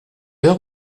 heure